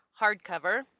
hardcover